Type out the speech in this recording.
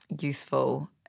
useful